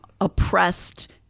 oppressed